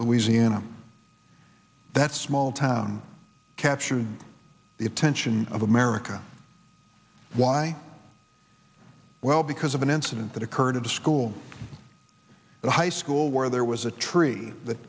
louisiana that small town captured the attention of america why well because of an incident that occurred at a school the high school where there was a tree that